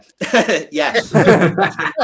Yes